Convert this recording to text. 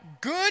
good